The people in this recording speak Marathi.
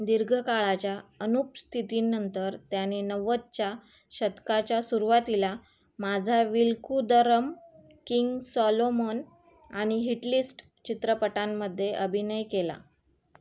दीर्घकाळाच्या अनुपस्थितीनंतर त्याने नव्वदच्या शतकाच्या सुरवातीला माझाविलकूदरम किंग सॉलोमन आणि हिटलिस्ट चित्रपटांमध्ये अभिनय केला